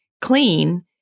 clean